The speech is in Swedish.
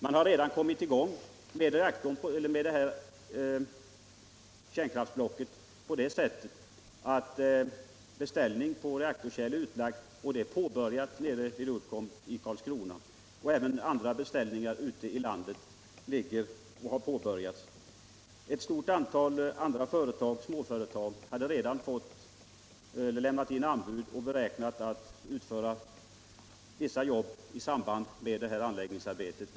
Man har kommit i gång med kärnkraftsblocket på det sättet att beställning på reaktorkärl har lagts ut, och det arbetet är påbörjat vid Uddcomb i Karlskrona. Även andra beställningar har gjorts. Ett stort antal småföretag har lämnat in anbud och räknat med att få uppdrag i samband med anläggningsarbetet.